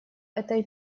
этой